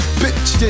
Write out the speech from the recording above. bitch